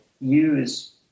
use